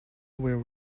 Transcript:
were